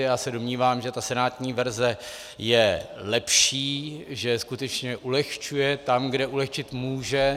Já se domnívám, že senátní verze je lepší, že skutečně ulehčuje tam, kde ulehčit může.